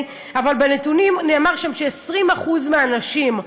בנתונים נאמר ש-20% מהנשים,